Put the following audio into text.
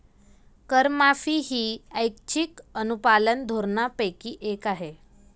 करमाफी ही ऐच्छिक अनुपालन धोरणांपैकी एक आहे